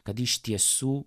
kad iš tiesų